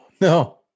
no